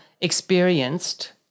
experienced